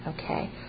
Okay